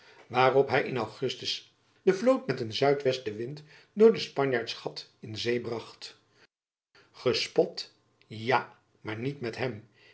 waarop hy in ugustus de vloot met een zuidwesten wind door het spanjaarts gat in zee bracht gespot ja maar niet met hem